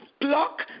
block